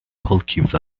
lamp